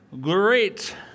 Great